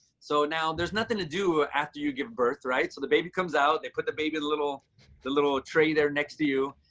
so now there's nothing to do after you give birth, right? so the baby comes out, they put the baby, the little tray there next to you,